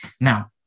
Now